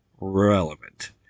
relevant